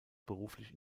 beruflich